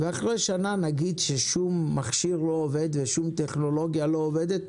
אחרי שנה אם נגיד ששום מכשיר לא עובד ושום טכנולוגיה לא עובדת,